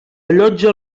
allotja